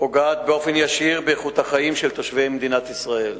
פוגעת באופן ישיר באיכות החיים של תושבי מדינת ישראל.